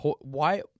Why-